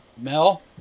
Mel